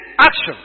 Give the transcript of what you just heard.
action